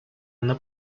una